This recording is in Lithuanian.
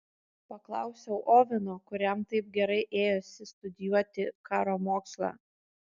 paklausiau oveno kuriam taip gerai ėjosi studijuoti karo mokslą